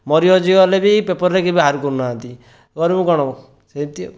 ମରି ହଜି ଗଲେ ବି ପେପରରେ କେହି ବାହାର କରୁନାହାନ୍ତି କରିବୁ କ'ଣ ସେମିତି ଆଉ